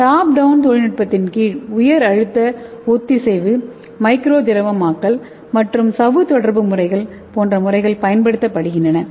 top down தொழில்நுட்பத்தின் கீழ் உயர் அழுத்த ஒத்திசைவு மைக்ரோ திரவமாக்கல் மற்றும் சவ்வு தொடர்பு முறைகள் போன்ற முறைகள் பயன்படுத்தப்படுகின்றன